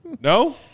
No